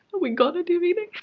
we gonna do reading?